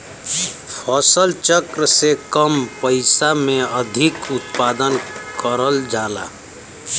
फसल चक्र से कम पइसा में अधिक उत्पादन करल जाला